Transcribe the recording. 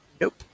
Nope